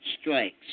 strikes